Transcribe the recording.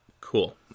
Cool